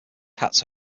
cats